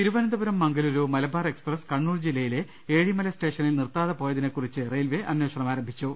Thiruvananthapuram Mangaluru Malabar express Kannur ജിലയിലെ ഏഴിമല സ്റ്റേഷനിൽ നിർത്താതെ പോയതിനെ കുറിച്ച് റെയിൽവെ അന്വേഷണം തുടങ്ങി